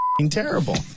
terrible